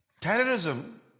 Terrorism